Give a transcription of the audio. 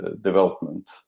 development